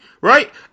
right